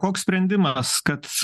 koks sprendimas kad